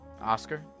Oscar